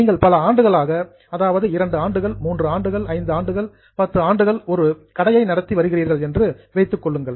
நீங்கள் பல ஆண்டுகளாக அதாவது 2 ஆண்டுகள் 3 ஆண்டுகள் 5 ஆண்டுகள் 10 ஆண்டுகள் ஒரு கடையை நடத்தி வருகிறீர்கள் என்று வைத்துக் கொள்ளுங்கள்